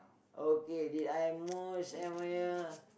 okay did I most admire